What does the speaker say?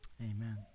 amen